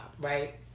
right